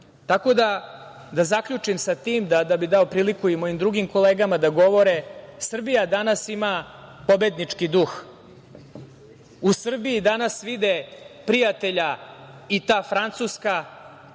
želim da zaključim sa tim da bi dao priliku i mojim drugim kolegama da govore. Srbija danas ima pobednički duh, u Srbiji danas vide prijatelja i ta Francuska